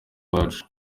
iwacu